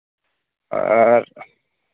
ᱟᱨ